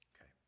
Okay